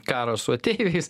karo su ateiviais